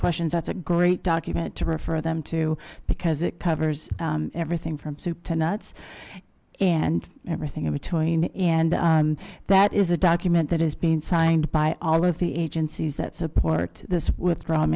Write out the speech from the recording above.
questions it's a great document to refer them to because it covers everything from soup to nuts and everything in between and that is a document that has been signed by all of the agencies that support this withdraw